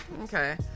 Okay